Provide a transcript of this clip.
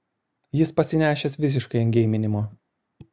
jis pasinešęs visiškai ant geiminimo